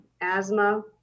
asthma